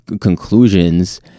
conclusions